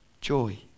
joy